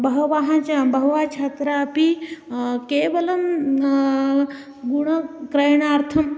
बहवः च बहवः छात्रापि केवलं गुणक्रयणार्थम्